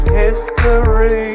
history